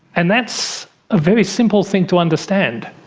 and that's a very simple thing to understand.